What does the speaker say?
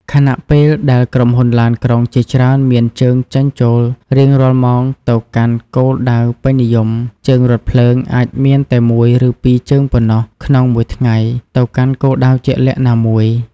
ខណៈពេលដែលក្រុមហ៊ុនឡានក្រុងជាច្រើនមានជើងចេញចូលរៀងរាល់ម៉ោងទៅកាន់គោលដៅពេញនិយម ជើងរថភ្លើងអាចមានតែ មួយ ឬពីរជើងប៉ុណ្ណោះក្នុងមួយថ្ងៃ ទៅកាន់គោលដៅជាក់លាក់ណាមួយ។